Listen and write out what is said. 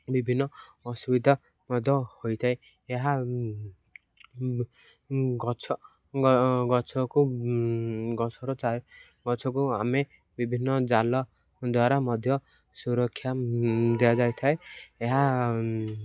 ବିଭିନ୍ନ ଅସୁବିଧା ମଧ୍ୟ ହୋଇଥାଏ ଏହା ଗଛ ଗଛକୁ ଗଛର ଗଛକୁ ଆମେ ବିଭିନ୍ନ ଜାଲ ଦ୍ୱାରା ମଧ୍ୟ ସୁରକ୍ଷା ଦିଆଯାଇଥାଏ ଏହା